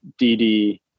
dd